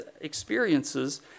experiences